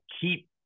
keep